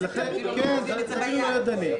כן, זה לא ידני.